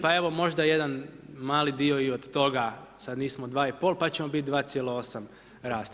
Pa evo možda jedan mali dio i od toga, sada nismo 2,5 pa ćemo biti 2,8 rast.